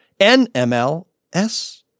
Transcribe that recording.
NMLS